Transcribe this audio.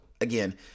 again